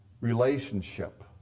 relationship